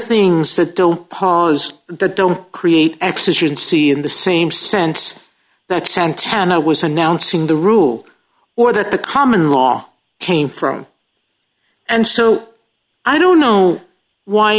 things that don't cause the don't create exigency in the same sense that santana was announcing the rule or that the common law came from and so i don't know why